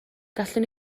gallwn